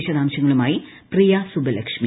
വിശദാംശങ്ങളുമായി പ്രിയ സുബ്ബലക്ഷ്മി